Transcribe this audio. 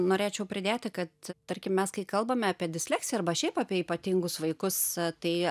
norėčiau pridėti kad tarkim mes kai kalbame apie disleksiją arba šiaip apie ypatingus vaikus tai